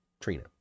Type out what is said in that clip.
Trina